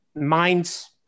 Minds